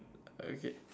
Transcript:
okay